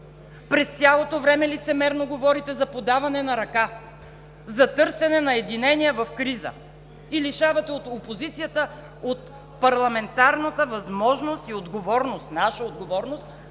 През цялото време лицемерно говорите за подаване на ръка, за търсене на единение в криза и лишавате опозицията от парламентарната възможност и отговорност – наша отговорност